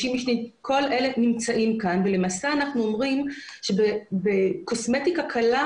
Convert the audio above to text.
רשת כבישים משניים כל אלה נמצאים כאן.